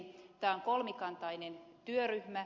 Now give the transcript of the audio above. tämä on kolmikantainen työryhmä